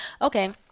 okay